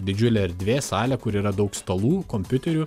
didžiulė erdvė salė kur yra daug stalų kompiuterių